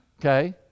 Okay